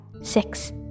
six